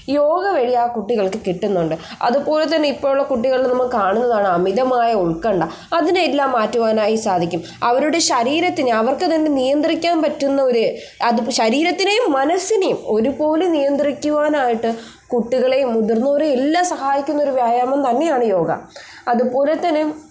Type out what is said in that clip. യോഗ വഴി ആ കുട്ടികൾക്ക് കിട്ടുന്നുണ്ട് അതുപോലെത്തന്നെ ഇപ്പോൾ ഉള്ള കുട്ടികൾ നമ്മൾ കാണുന്നതാണ് അമിതമായ ഉൽക്കണ്ഠ അതിനെയെല്ലാം മാറ്റുവാനായി സാധിക്കും അവരുടെ ശരീരത്തിനെ അവർക്കുതന്നെ നിയന്ത്രിക്കാൻ പറ്റുന്ന ഒരു അത് ഇപ്പം ശരീരത്തിനെയും മനസ്സിനേയും ഒരുപോലെ നിയന്ത്രിക്കുവാനായിട്ട് കുട്ടികളെയും മുതിർന്നവരെയും എല്ലാം സഹായിക്കുന്ന ഒരു വ്യായാമം തന്നെയാണ് യോഗ അതുപോലെത്തന്നെ